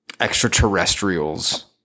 extraterrestrials